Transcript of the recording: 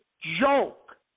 joke